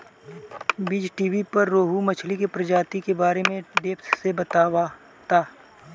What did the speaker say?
बीज़टीवी पर रोहु मछली के प्रजाति के बारे में डेप्थ से बतावता